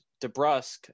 DeBrusque